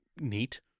neat